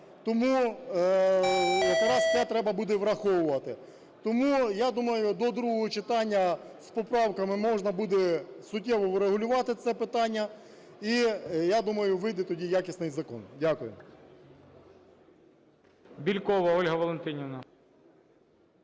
Тому, я думаю, до другого читання з поправками можна буде суттєво врегулювати це питання і, я думаю, вийде тоді якісний закон. Дякую.